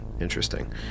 Interesting